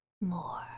more